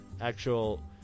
actual